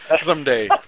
someday